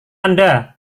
anda